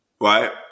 Right